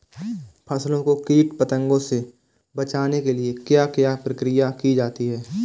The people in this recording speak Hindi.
फसलों को कीट पतंगों से बचाने के लिए क्या क्या प्रकिर्या की जाती है?